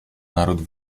naród